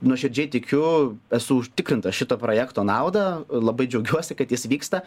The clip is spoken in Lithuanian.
nuoširdžiai tikiu esu užtikrintas šito projekto nauda labai džiaugiuosi kad jis vyksta